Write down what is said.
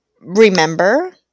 remember